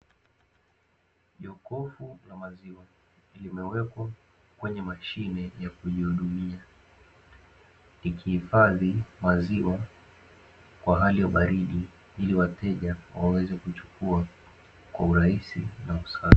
Jokofu la maziwa limewekwa kwenye mashine ya kujihudumia, ikihifadhi maziwa kwa hali ya ubaridi, ili wateja waweze kuchukua kwa urahisi na usafi.